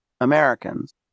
Americans